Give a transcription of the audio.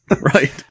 Right